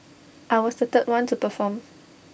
I was the third one to perform